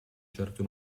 certo